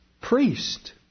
priest